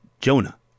Jonah